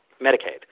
Medicaid